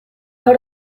hor